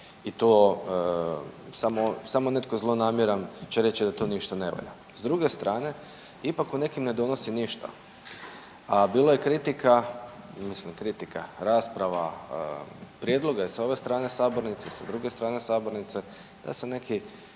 samo, samo netko zlonamjeran će reći da to ništa ne valja. S druge strane ipak u nekim ne donosi ništa, a bilo je kritika odnosno kritika, rasprava prijedloga i s ove strane sabornice i sa druge strane sabornice da se neke